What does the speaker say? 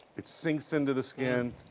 it sinks into the skin.